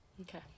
Okay